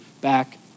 back